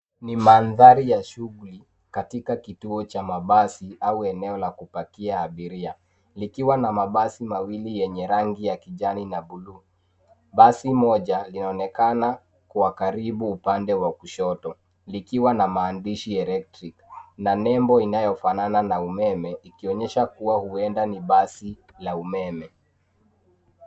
Ni mandhari ya shughuli katika kituo cha mabasi au eneo kupakia abiria likwa na mabasi mawili yenye rangi ya kijani na buluu. Basi moja linaonekana kwa karibu upande wa kushoto likiwa na maandhishi electric na nembo inayofanana na umeme ikionyesha kuwa huenda ni basi la umeme.